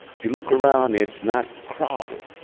if you look around, it's not crowded,